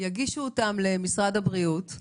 יגישו אותם למשרד הבריאות,